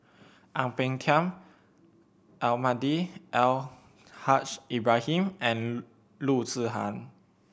Ang Peng Tiam Almahdi Al Haj Ibrahim and Loo Zihan